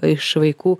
iš vaikų